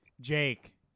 Jake